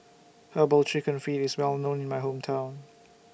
Herbal Chicken Feet IS Well known in My Hometown